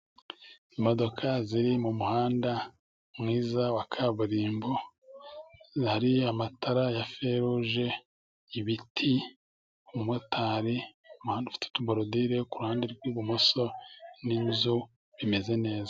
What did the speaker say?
Imodoka ziri mu muhanda mwiza wa kaburimbo, hari amatara ya feruje ibiti, umumotari, umuhanda ufite utuborodire ku ruhande rw'ibumoso n'inzu bimeze neza.